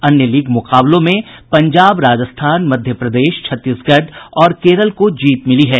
अन्य लीग मुकाबलों में पंजाब राजस्थान मध्य प्रदेश छत्तीसगढ़ और केरल को जीत मिली है